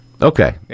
Okay